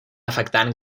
afectant